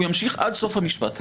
הוא ימשיך עד סוף המשפט.